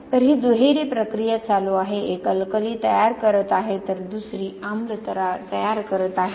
तर ही दुहेरी प्रक्रिया चालू आहे एक अल्कली तयार करत आहे तर दुसरी आम्ल तयार करत आहे